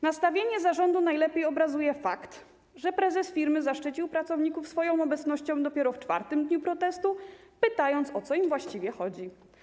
Nastawienie zarządu najlepiej obrazuje fakt, że prezes firmy zaszczycił pracowników swoją obecnością dopiero w czwartym dniu protestu, pytając, o co właściwie chodzi.